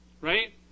right